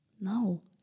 No